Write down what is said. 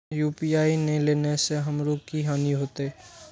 UPI ने लेने से हमरो की हानि होते?